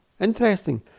interesting